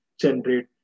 generate